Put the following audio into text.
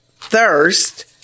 thirst